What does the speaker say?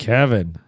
Kevin